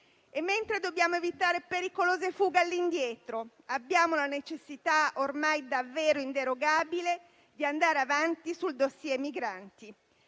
Mentre dobbiamo evitare pericolose fughe all'indietro, abbiamo la necessità, ormai davvero inderogabile, di andare avanti sul *dossier* migranti.